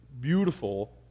beautiful